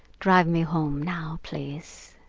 drive me home now, please.